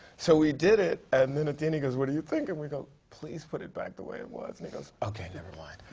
so we did it and then at the end he goes, what do you think? and we go, please put it back the way it was and he goes, okay never mind.